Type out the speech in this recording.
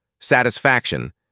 satisfaction